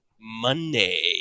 Monday